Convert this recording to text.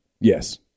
Yes